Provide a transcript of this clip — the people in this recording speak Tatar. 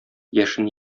яшен